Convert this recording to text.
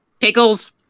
pickles